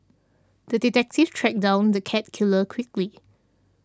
the detective tracked down the cat killer quickly